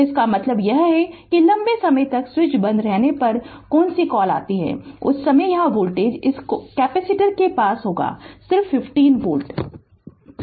तो इसका मतलब यह है कि लंबे समय तक स्विच बंद रहने पर कौन सी कॉल आती है तो उस समय यहां वोल्टेज इस कैपेसिटर के पार सिर्फ 15 वोल्ट है